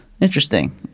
interesting